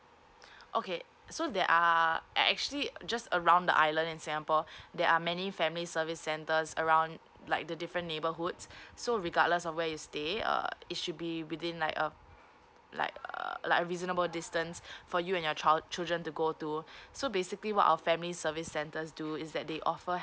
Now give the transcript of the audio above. okay so there are uh actually just around the island in singapore there are many family service centres around like the different neighbourhoods so regardless of where you stay err it should be within like a like a like a reasonable distance for you and your child children to go to so basically what our family service centres do is that they offer